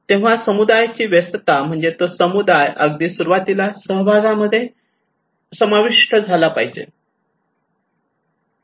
तेव्हा समुदायाची व्यस्तता म्हणजेच तो समुदाय अगदी सुरुवातीलाच सहभागा मध्ये समाविष्ट झाला पाहिजे